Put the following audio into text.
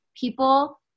people